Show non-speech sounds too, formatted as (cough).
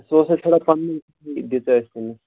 سُہ اوس اَسہِ تھوڑا پَنٛنُے (unintelligible) تٔمِس